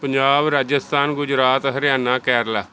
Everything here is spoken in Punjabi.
ਪੰਜਾਬ ਰਾਜਸਥਾਨ ਗੁਜਰਾਤ ਹਰਿਆਣਾ ਕੇਰਲਾ